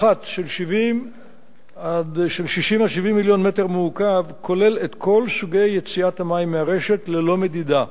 הפחת של 60 70 מיליון מ"ק כולל את כל סוגי יציאת המים מהרשת ללא מדידה.